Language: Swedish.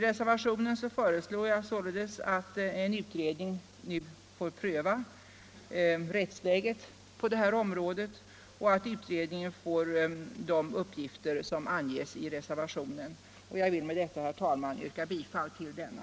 I reservationen föreslår jag således att en utredning nu får pröva rättsläget på detta område och att utredningen får de uppgifter som anges i reservationen. Jag vill, herr talman, yrka bifall till denna.